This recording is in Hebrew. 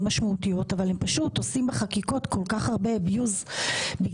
משמעותיות אבל הן פשוט עושות בחקיקות כל כך הרבה אביוז בגלל